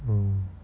mm